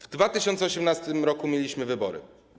W 2018 r. mieliśmy wybory.